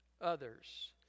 Others